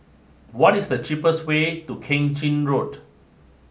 what is the cheapest way to Keng Chin Road